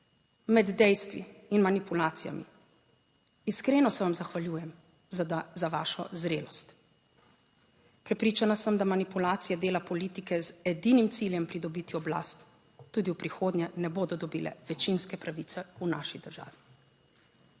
med dejstvi in manipulacijami. Iskreno se vam zahvaljujem za vašo zrelost. Prepričana sem, da manipulacije dela politike z edinim ciljem pridobiti oblast tudi v prihodnje ne bodo dobile večinske pravice v naši državi.